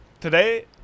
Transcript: Today